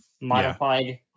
modified